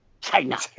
China